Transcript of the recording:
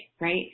right